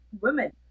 women